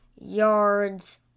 yards